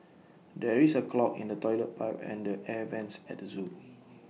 there is A clog in the Toilet Pipe and the air Vents at the Zoo